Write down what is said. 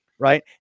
Right